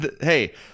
hey